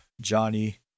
Johnny